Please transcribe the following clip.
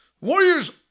Warriors